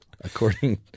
according